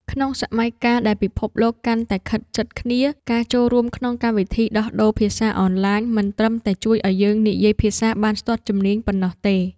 ក្នុងសម័យកាលដែលពិភពលោកកាន់តែខិតជិតគ្នា ការចូលរួមក្នុងកម្មវិធីដោះដូរភាសាអនឡាញ មិនត្រឹមតែជួយឱ្យយើងនិយាយភាសាបានស្ទាត់ជំនាញប៉ុណ្ណោះទេ។